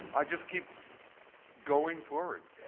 i just keep going forward.